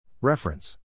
Reference